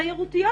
גם תיירותיות,